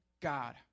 God